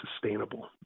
sustainable